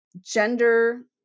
gender